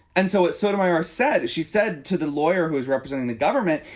and so it sotomayor said she said to the lawyer who is representing the government.